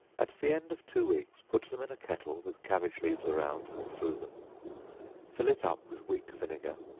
at the end of two weeks put them in a kettle, with cabbage leaves around and through them fill it up with weak vinegar,